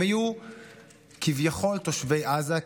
הם היו כביכול תושבי עזה,